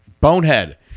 Bonehead